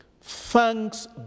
thanks